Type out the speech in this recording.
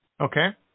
Okay